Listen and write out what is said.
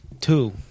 two